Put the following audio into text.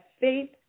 faith